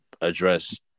address